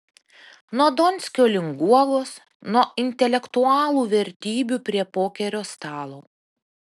nuo donskio link guogos nuo intelektualų vertybių prie pokerio stalo